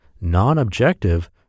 non-objective